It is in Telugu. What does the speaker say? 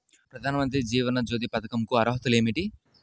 ప్రధాన మంత్రి జీవన జ్యోతి పథకంకు అర్హతలు ఏమిటి?